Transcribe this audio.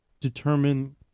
determine